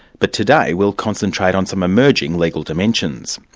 but today we'll concentrate on some emerging legal dimensions.